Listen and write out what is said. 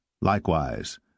Likewise